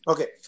Okay